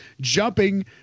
jumping